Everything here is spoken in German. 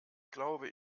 glaube